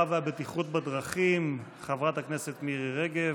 והבטיחות בדרכים חברת הכנסת מירי רגב.